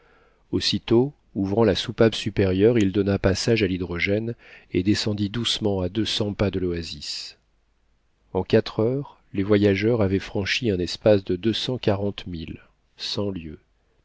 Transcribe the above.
aussitôt ouvrant la soupape supérieure il donna passage à l'hydrogène et descendit doucement à deux cents pas de l'oasis en quatre heures les voyageurs avaient franchi un espace de deux